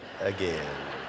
again